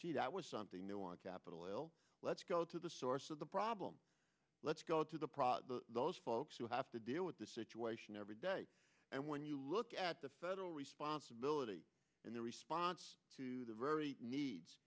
firefighters was something new on capitol hill let's go to the source of the problem let's go to the proper those folks who have to deal with the situation every day and when you look at the federal responsibility and the response to the very